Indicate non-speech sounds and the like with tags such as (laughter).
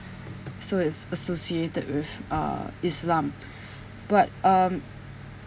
so it's associated with uh islam (breath) but um